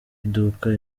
iduka